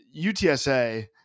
utsa